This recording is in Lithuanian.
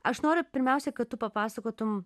aš noriu pirmiausia kad tu papasakotum